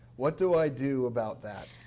what do i do about that?